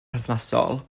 perthnasol